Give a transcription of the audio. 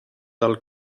del